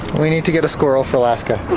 we need to get a squirrel for laska.